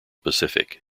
pacific